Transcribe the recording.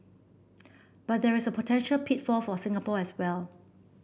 but there is a potential pitfall for Singapore as well